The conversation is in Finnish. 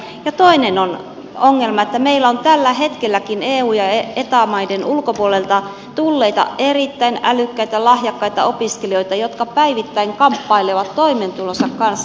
ja toinen ongelma on että meillä on tällä hetkelläkin eu ja eta maiden ulkopuolelta tulleita erittäin älykkäitä lahjakkaita opiskelijoita jotka päivittäin kamppailevat toimeentulonsa kanssa